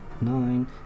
nine